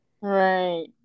right